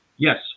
yes